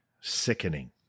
sickening